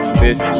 bitch